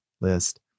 list